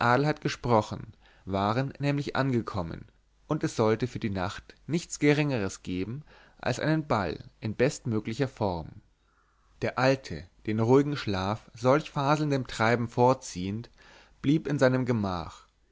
adelheid gesprochen waren nämlich angekommen und es sollte für die nacht nichts geringeres geben als einen ball in bestmöglicher form der alte den ruhigen schlaf solch faselndem treiben vorziehend blieb in seinem gemach